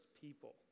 people